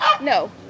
No